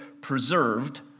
preserved